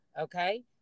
Okay